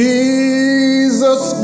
Jesus